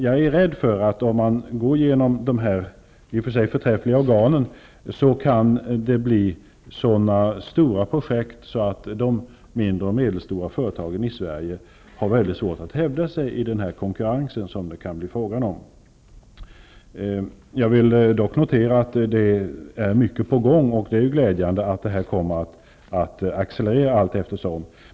Jag är rädd för att om man går genom de aktuella och i och för sig förträffliga organen kan det bli så stora projekt att de mindre och medelstora svenska företagen har väldigt svårt att hävda sig i den konkurrens som kanske uppkommer. Jag vill dock notera att mycket är på gång, och det är glädjande att verksamheten efter hand kommer att accelerera.